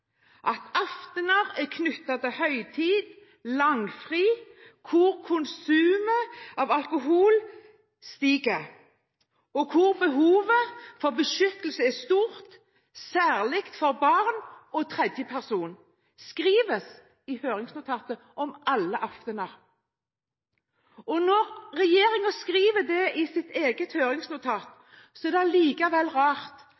at slike aftener er knyttet til høytid og langfri, der konsumet av alkohol stiger, og der behovet for beskyttelse er stort, særlig for barn og tredjepersoner. Dette skrives i høringsnotatet om alle aftener. Når regjeringen skriver det i sitt eget høringsnotat, er det likevel rart